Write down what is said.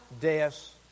deaths